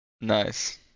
nice